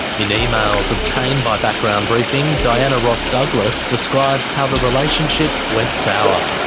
in emails obtained by background briefing, diana ross douglas describes how the relationship went sour.